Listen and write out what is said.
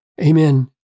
Amen